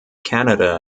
canada